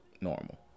normal